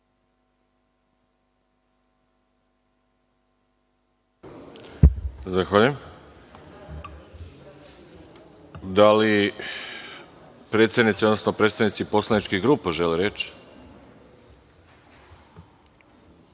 Zahvaljujem. Da li predsednici, odnosno predstavnici poslaničkih grupa žele reč? Reč